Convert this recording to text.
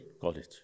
College